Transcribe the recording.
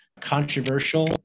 controversial